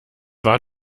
war